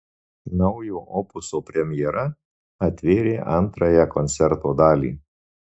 naujo opuso premjera atvėrė antrąją koncerto dalį